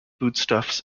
foodstuffs